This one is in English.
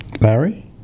Larry